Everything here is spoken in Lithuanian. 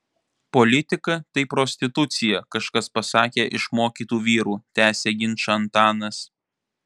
politika tai prostitucija kažkas pasakė iš mokytų vyrų tęsia ginčą antanas